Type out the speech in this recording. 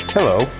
Hello